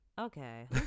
Okay